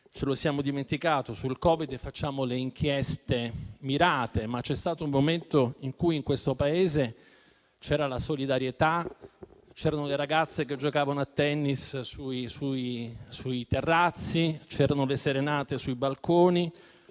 lo abbiamo dimenticato e sul Covid facciamo le inchieste mirate, ma c'è stato un momento in cui in questo Paese c'era la solidarietà, c'erano le ragazze che giocavano a tennis sui terrazzi, le serenate sui balconi,